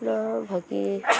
ᱱᱚᱣᱟ ᱦᱚᱸ ᱵᱷᱟᱜᱮ